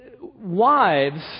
wives